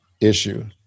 issue